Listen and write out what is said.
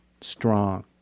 strong